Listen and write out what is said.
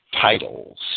titles